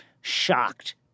shocked